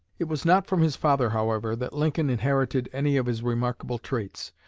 it was not from his father, however, that lincoln inherited any of his remarkable traits.